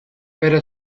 pero